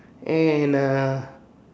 and a